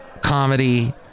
comedy